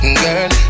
girl